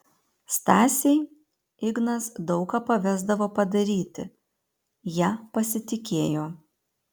stasei ignas daug ką pavesdavo padaryti ja pasitikėjo